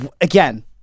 Again